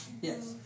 Yes